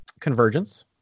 Convergence